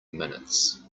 minutes